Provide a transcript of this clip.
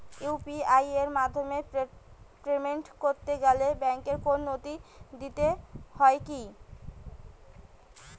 UPI এর মাধ্যমে payment করতে গেলে ব্যাংকের কোন নথি দিতে হয় কি?